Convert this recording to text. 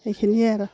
এইখিনিয়ে আৰু